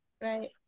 right